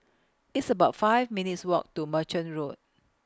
It's about five minutes' Walk to Merchant Road